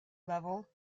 level